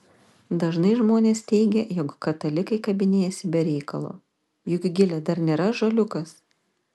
dažnai žmonės teigia jog katalikai kabinėjasi be reikalo juk gilė dar nėra ąžuoliukas